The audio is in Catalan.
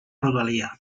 rodalia